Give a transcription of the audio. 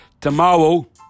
tomorrow